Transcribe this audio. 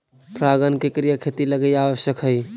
परागण के क्रिया खेती लगी आवश्यक हइ